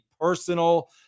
personal